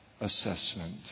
assessment